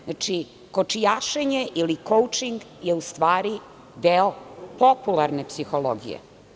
Znači, kočijašenje ili „koučing“ je u stvari deo popularne psihologije.